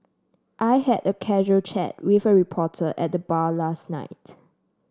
I had a casual chat with a reporter at the bar last night